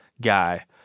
guy